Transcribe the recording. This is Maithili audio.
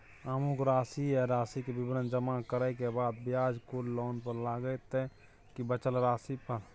अमुक राशि आ राशि के विवरण जमा करै के बाद ब्याज कुल लोन पर लगतै की बचल राशि पर?